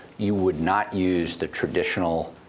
you would not use the traditional,